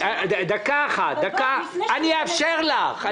אני אאפשר לך.